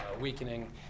weakening